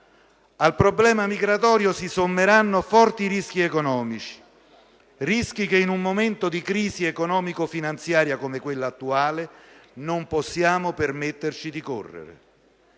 Al problema migratorio si sommeranno forti rischi economici, rischi che in un momento di crisi economico-finanziaria come quello attuale non possiamo permetterci di correre.